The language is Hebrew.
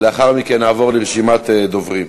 לאחר מכן נעבור לרשימת דוברים.